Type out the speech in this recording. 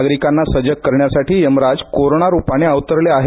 नागरिकांना सजग करण्यासाठी यमराज कोरोना रुपाने अवतरले आहेत